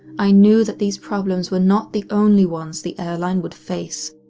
i knew that these problems were not the only ones the airline would face.